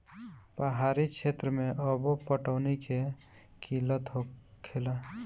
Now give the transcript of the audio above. पहाड़ी क्षेत्र मे अब्बो पटौनी के किल्लत होखेला